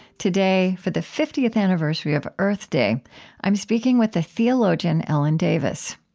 today for the fiftieth anniversary of earth day i'm speaking with the theologian ellen davis.